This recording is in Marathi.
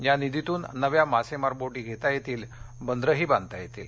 या निधीतून नव्या मासेमार बोटी घेता येतील बंदरे बांधता येतील